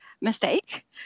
mistake